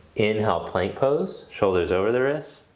inhale plank pose, shoulders over the wrists.